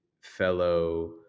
fellow